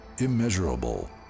Immeasurable